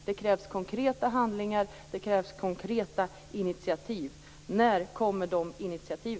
Det krävs konkreta handlingar och konkreta initiativ. När kommer dessa initiativ?